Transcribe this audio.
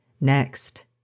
Next